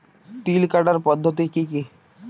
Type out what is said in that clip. তিল কাটার পদ্ধতি কি কি?